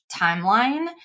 timeline